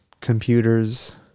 computers